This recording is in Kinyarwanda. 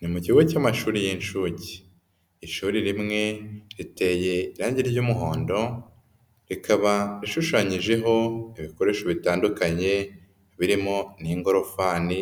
Ni mu kigo cy'amashuri y'inshuke, ishuri rimwe riteye irange ry'umuhondo rikaba rishushanyijeho ibikoresho bitandukanye birimo n'ingorofani